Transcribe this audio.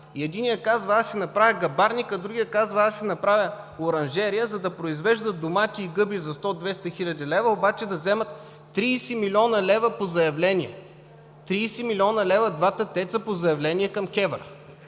Единият казва: „аз ще направя гъбарник“, другият казва: „аз ще направя оранжерия“, за да произвеждат домати и гъби за 100-200 хил.лв., обаче да вземат 30 млн. лв. по заявление – тридесет милиона лева двата ТЕЦ-а по заявление към КЕВР!